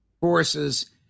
forces